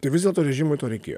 tai vis dėlto režimui to reikėjo